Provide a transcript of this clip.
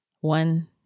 one